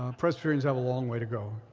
presbyterians have a long way to go.